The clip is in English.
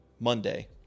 Monday